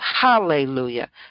Hallelujah